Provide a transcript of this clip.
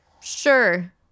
sure